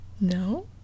No